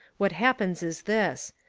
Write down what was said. what happens is this.